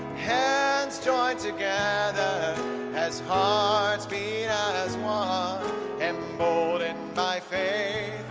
hands joined together as hearts beat and as one emboldened by faith,